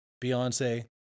Beyonce